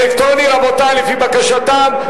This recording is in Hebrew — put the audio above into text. אלקטרוני, רבותי, לפי בקשתם.